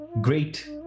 Great